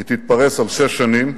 היא תתפרס על שש שנים.